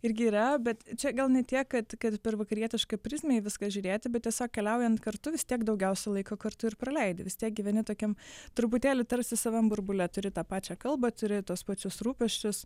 irgi yra bet čia gal ne tiek kad kad per vakarietišką prizmę į viską žiūrėti bet tiesiog keliaujant kartu vis tiek daugiausia laiko kartu ir praleidi vis tiek gyveni tokiam truputėlį tarsi savam burbule turi tą pačią kalbą turi tuos pačius rūpesčius